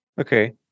Okay